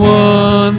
one